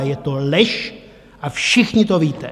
Je to lež a všichni to víte!